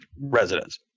residents